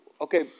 Okay